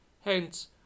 Hence